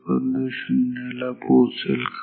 पण तो शून्याला पोहोचेल का